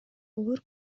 оор